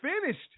finished